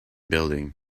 building